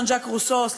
ז'אן ז'אק רוסו אמר,